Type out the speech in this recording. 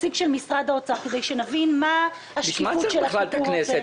נציג של משרד האוצר כדי שנבין מה --- בשביל מה בכלל צריך את הכנסת?